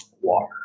water